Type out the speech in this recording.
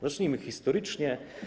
Zacznijmy historycznie.